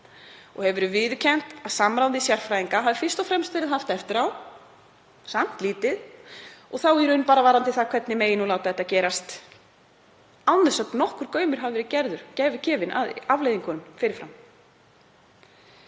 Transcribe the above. og hefur verið viðurkennt að samráð við sérfræðinga hafi fyrst og fremst verið haft eftir á, samt lítið, og þá í raun bara varðandi það hvernig megi láta þetta gerast án þess að nokkur gaumur hafi verið gefinn að afleiðingum fyrir fram.